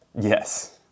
Yes